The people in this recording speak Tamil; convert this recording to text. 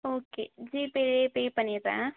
ஓகே ஜிபேயிலேயே பே பண்ணிடுறேன்